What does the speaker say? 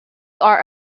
are